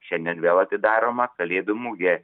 šiandien vėl atidaroma kalėdų mugė